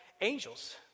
angels